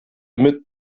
mit